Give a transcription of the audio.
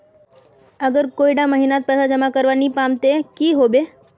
अगर कोई डा महीनात पैसा जमा करवा नी पाम ते की होबे?